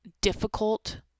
difficult –